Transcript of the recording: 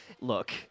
Look